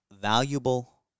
valuable